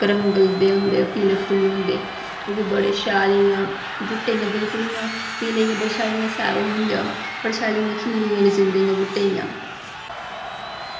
करांगल दे होंदे पीले फुल्ल होंदे ओह् बी बड़े शैल इ'यां बूह्टे इ'यां बिलकुल इ'यां पीले इ'यां बड़े शैल होंदे इ'यां बड़े शैल खिल्ली जन जंदे इ'यां बूह्टे इ'यां